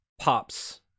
pops